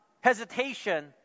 hesitation